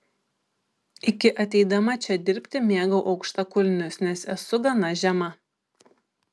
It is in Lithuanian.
iki ateidama čia dirbti mėgau aukštakulnius nes esu gana žema